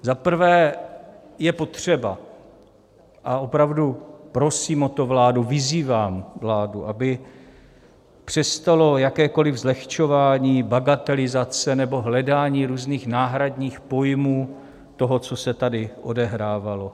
Za prvé je potřeba, a opravdu prosím o to vládu, vyzývám vládu, aby přestalo jakékoli zlehčování, bagatelizace nebo hledání různých náhradních pojmů toho, co se tady odehrávalo.